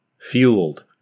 fueled